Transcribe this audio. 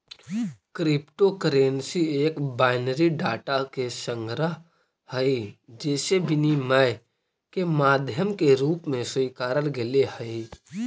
crypto currency एक binary data के संग्रह हइ जेसे विनिमय के माध्यम के रूप में स्वीकारल गेले हइ